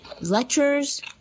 lectures